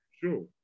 Sure